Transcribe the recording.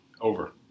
over